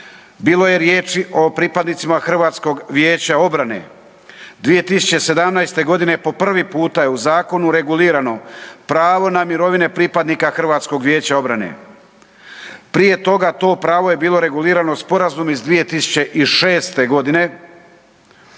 bilo je riječi o pripadnicima HVO-a, 2017. g. po prvi je u zakonu regulirano pravo na mirovine pripadnika HVO-a. Prije toga to pravo je bilo regulirano sporazumom iz 2006. g.